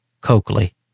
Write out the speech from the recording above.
Coakley